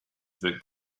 that